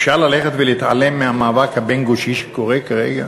אפשר להתעלם מהמאבק הבין-גושי שקורה כרגע?